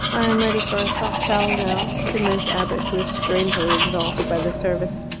i am ready for a soft towel now, said miss abbott, who was strangely exalted by the service.